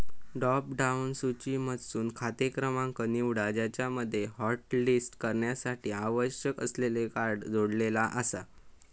drop down सूचीमधसून खाते क्रमांक निवडा ज्यामध्ये हॉटलिस्ट करण्यासाठी आवश्यक असलेले कार्ड जोडलेला आसा